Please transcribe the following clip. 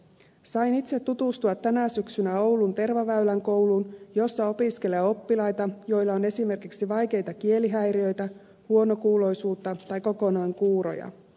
sain itse tutustua tänä syksynä oulun tervaväylän kouluun jossa opiskelee oppilaita joilla on esimerkiksi vaikeita kielihäiriöitä tai huonokuuloisuutta tai jotka ovat kokonaan kuuroja